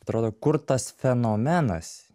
atrodo kur tas fenomenas